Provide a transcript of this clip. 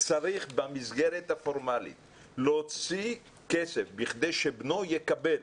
צריך במסגרת הפורמלית להוציא כסף כדי שבנו יקבל